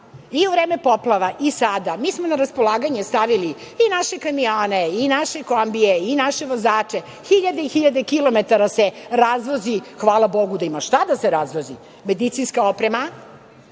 I u vreme poplava i sada. Mi smo na raspolaganje stavili i naše kamione, naše kombije, naše vozače, hiljade i hiljade kilometara se razvozi, hvala Bogu da ima šta da se razvozi, medicinska oprema